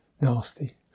nasty